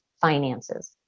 finances